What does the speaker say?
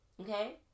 okay